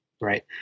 right